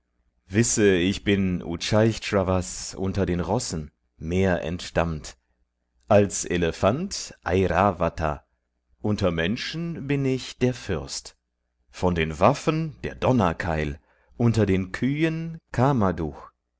wisse ich bin uccihravas unter den rossen mehr entstammt als elephant airvata unter menschen bin ich der fürst von den waffen der donnerkeil unter den kühen